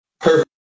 Perfect